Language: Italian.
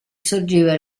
sorgeva